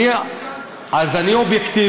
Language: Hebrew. את הזמן הזה, אז אני אובייקטיבי.